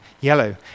yellow